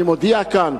אני מודיע כאן: